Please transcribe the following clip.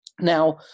Now